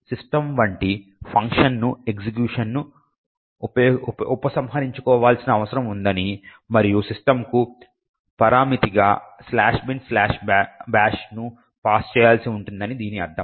system వంటి ఫంక్షన్కు ఎగ్జిక్యూషన్ను ఉపసంహరించుకోవాల్సిన అవసరం ఉందని మరియు systemకు పరామితిగా "binbash"ను పాస్ చేయాల్సి ఉంటుందని దీని అర్థం